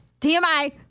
TMI